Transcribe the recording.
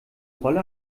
rolle